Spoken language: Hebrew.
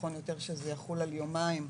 שנכון יותר שזה יחול על יומיים,